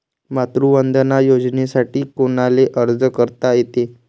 मातृवंदना योजनेसाठी कोनाले अर्ज करता येते?